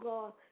God